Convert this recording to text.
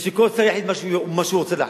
ושכל שר יחליט מה שהוא רוצה להחליט,